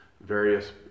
various